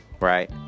Right